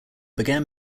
began